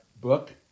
book